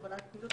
הגבלת פעילות),